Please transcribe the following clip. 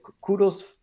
kudos